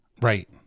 right